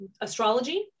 astrology